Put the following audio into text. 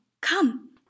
come